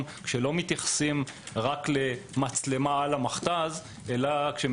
כאשר הוא לא מתייחס רק למצלמה על המכתז אלא כשהוא